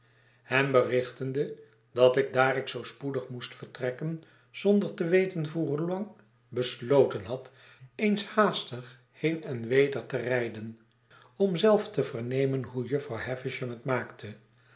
hem berichtende dat ik daar ik zoo spoedig moest vertrekken zonder te weten voor hoelang besloten had eens haastig heen en weder te rijden om zelf te vernemen hoe jufvrouw havisham het maakte